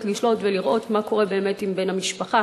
לשלוט ולראות מה קורה באמת עם בן המשפחה